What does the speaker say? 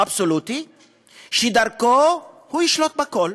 שבו הוא ישלוט בכול.